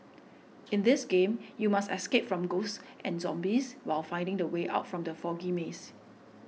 in this game you must escape from ghosts and zombies while finding the way out from the foggy maze